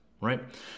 Right